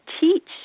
teach